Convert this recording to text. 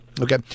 Okay